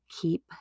keep